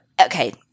Okay